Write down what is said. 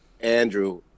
Andrew